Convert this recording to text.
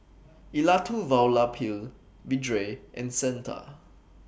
Elattuvalapil Vedre and Santha